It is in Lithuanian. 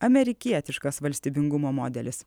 amerikietiškas valstybingumo modelis